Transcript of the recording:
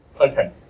Okay